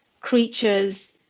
creature's